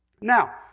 Now